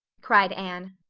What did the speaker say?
cried anne.